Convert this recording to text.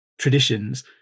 traditions